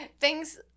thanks